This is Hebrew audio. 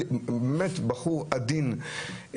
הוא באמת בחור עדין,